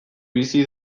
bizi